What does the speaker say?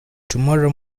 tomorrow